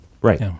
right